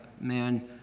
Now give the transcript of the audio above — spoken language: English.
man